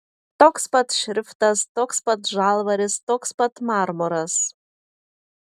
toks pat šriftas toks pat žalvaris toks pat marmuras